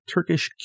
Turkish